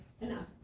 enough